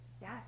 Yes